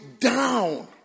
down